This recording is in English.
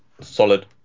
solid